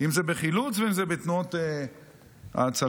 אם זה בחילוץ או בתנועות ההצלה.